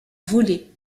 volée